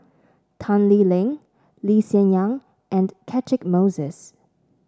Tan Lee Leng Lee Hsien Yang and Catchick Moses